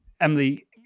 Emily